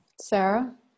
Sarah